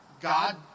God